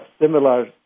similar